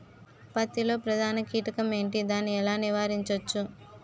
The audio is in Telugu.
పత్తి లో ప్రధాన కీటకం ఎంటి? దాని ఎలా నీవారించచ్చు?